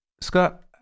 Scott